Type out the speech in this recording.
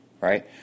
right